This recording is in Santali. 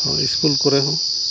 ᱦᱳᱭ ᱥᱠᱩᱞ ᱠᱚᱨᱮᱦᱚᱸ